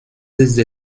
desde